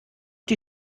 die